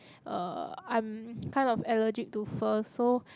uh I'm kind of allergic to fur so